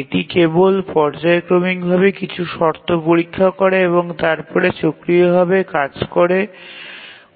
এটি কেবল পর্যায়ক্রমিকভাবে কিছু শর্ত পরীক্ষা করে এবং তারপরে চক্রীয় ভাবে কাজ করে